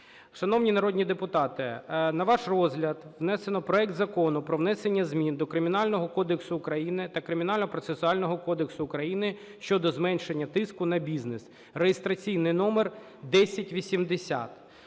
Шановні народні депутати, на ваш розгляд внесено проект Закону про внесення змін до Кримінального кодексу України та Кримінального процесуального кодексу України щодо зменшення тиску на бізнес (реєстраційний номер 1080).